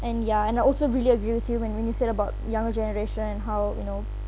and ya and I also really agree with you when when you said about younger generation how you know